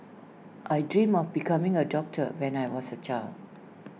I dreamt of becoming A doctor when I was A child